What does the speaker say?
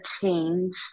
change